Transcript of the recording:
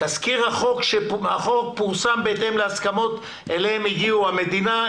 תזכיר החוק פורסם בהתאם להסכמות אליהם הגיעו המדינה,